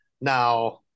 Now